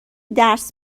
درس